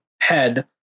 head